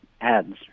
ads